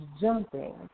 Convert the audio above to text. jumping